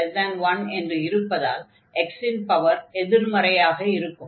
0n1 என்று இருப்பதால் x இன் பவர் எதிர்மறையாக இருக்கும்